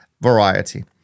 variety